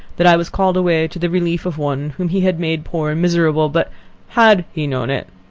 that i was called away to the relief of one whom he had made poor and miserable but had he known it,